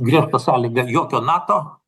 griežta sąlyga jokio nato